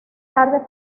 tarde